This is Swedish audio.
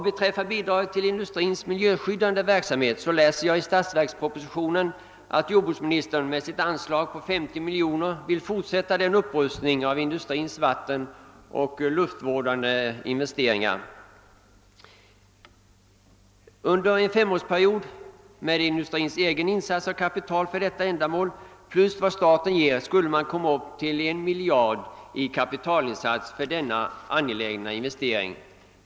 Beträffande bidragen till industrins miljöskyddande verksamhet läser jag i statsverkspropositionen att jordbruksministern med ett anslag på 50 miljoner kronor vill fortsätta upprustningen av industrins vattenoch luft-vårdande investeringar. Med industrins egen insats av kapital plus vad staten ger skall man under en femårsperiod komma upp i en miljard kronor för denna angelägna investering.